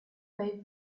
pay